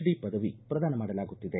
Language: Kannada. ಡಿ ಪದವಿ ಪ್ರದಾನ ಮಾಡಲಾಗುತ್ತಿದೆ